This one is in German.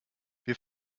wir